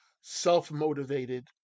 self-motivated